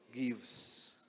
gives